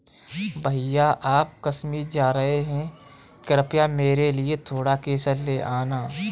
भैया आप कश्मीर जा रहे हैं कृपया मेरे लिए थोड़ा केसर ले आना